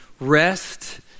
rest